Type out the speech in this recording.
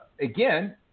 again